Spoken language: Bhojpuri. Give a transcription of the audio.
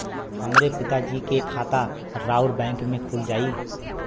हमरे पिता जी के खाता राउर बैंक में खुल जाई?